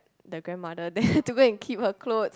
the grandmother there to go and keep her clothes